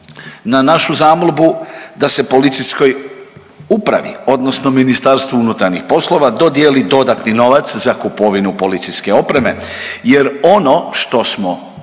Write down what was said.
na našu zamolbu da se policijskoj upravi odnosno Ministarstvu unutarnjih poslova dodijeli dodatni novac za kupovinu policijske opreme. Jer ono što smo